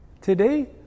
Today